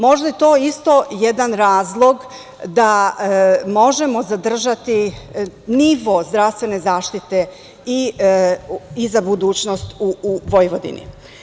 Možda je to isto jedan razlog da možemo zadržati nivo zdravstvene zaštite i za budućnost u Vojvodini.